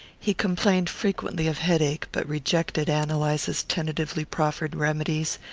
he complained frequently of headache, but rejected ann eliza's tentatively proffered remedies,